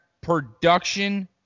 production